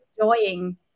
enjoying